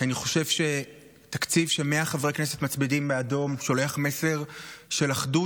כי אני חושב שתקציב ש-100 חברי כנסת מצביעים בעדו שולח מסר של אחדות,